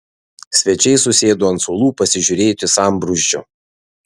svečiai susėdo ant suolų pasižiūrėti sambrūzdžio